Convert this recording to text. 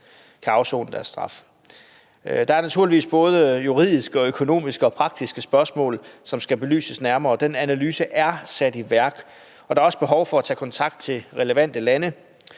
kan afsone deres straf. Der er naturligvis både juridiske og økonomiske og praktiske spørgsmål, som skal belyses nærmere, og den analyse er sat i værk. Der er også behov for at tage kontakt til relevante lande.